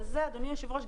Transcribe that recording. וזה אדוני היושב-ראש,